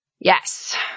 Yes